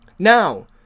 Now